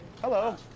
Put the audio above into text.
Hello